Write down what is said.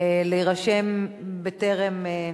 להירשם קודם.